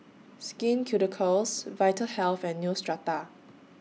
Skin Ceuticals Vitahealth and Neostrata